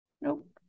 Nope